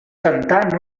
cantar